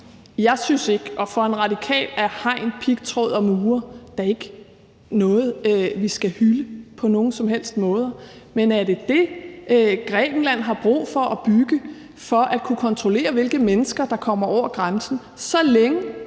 Jeg synes da ikke, at hegn, pigtråd og mure er ikke noget, som en radikal skal hylde på nogen som helst måde. Men er det det, som Grækenland har brug for at bygge for at kunne kontrollere, hvilke mennesker der kommer over grænsen, så længe